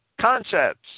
concepts